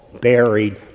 buried